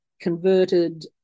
converted